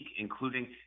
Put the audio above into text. including